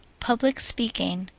public speaking.